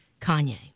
Kanye